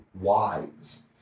wise